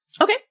Okay